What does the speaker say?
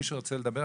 מי שרוצה לדבר,